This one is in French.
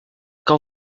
quand